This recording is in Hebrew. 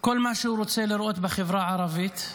כל מה שהוא רוצה לראות בחברה הערבית,